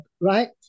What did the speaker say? right